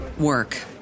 work